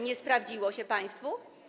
Nie sprawdziło się to państwu?